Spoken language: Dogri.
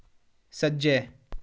सज्जै